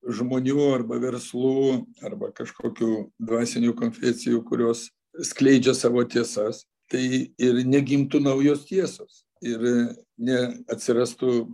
žmonių arba verslų arba kažkokių dvasinių konfesijų kurios skleidžia savo tiesas tai ir negimtų naujos tiesos ir neatsirastų